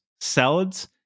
salads